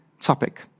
topic